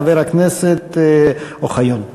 חבר הכנסת אוחיון.